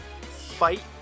fight